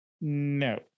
No